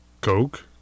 coke